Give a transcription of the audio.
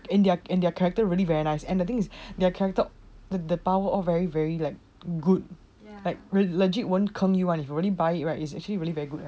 and their and their character really very nice and the thing is their character the power all very very good like real legit won't con you [one] if only buy it right it is actually really very good